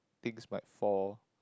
things might fall